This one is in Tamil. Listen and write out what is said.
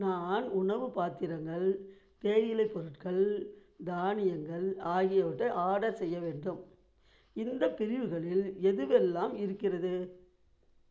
நான் உணவு பாத்திரங்கள் தேயிலை பொருட்கள் தானியங்கள் ஆகியவற்றை ஆடர் செய்ய வேண்டும் இந்தப் பிரிவுகளில் எதுவெல்லாம் இருக்கிறது